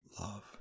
Love